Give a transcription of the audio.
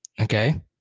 Okay